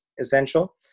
essential